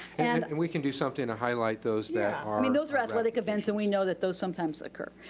and and we can do something to highlight those that are i mean those are athletic events and we know that those sometimes occur.